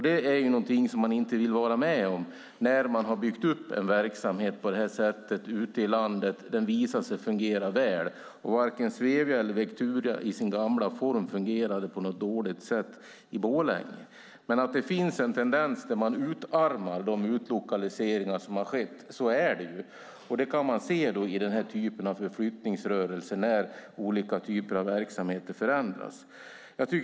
Det är något som man inte vill vara med om när man har byggt upp en verksamhet på det här sättet ute i landet och den visar sig fungera väl - varken Svevia eller Vectura i sin gamla form fungerade dåligt i Borlänge. Det finns en tendens att utarma de utlokaliseringar som har skett. Så är det. Det kan man se i den här typen av förflyttningsrörelser, när olika typer av verksamheter förändras.